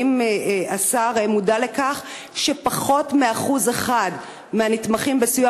האם השר מודע לכך שפחות מ-1% מהנתמכים בסיוע